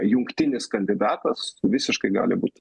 jungtinis kandidatas visiškai gali būti